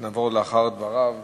לאחר דבריו